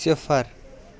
صِفر